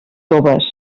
toves